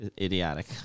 Idiotic